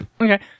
Okay